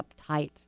uptight